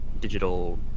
digital